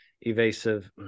evasive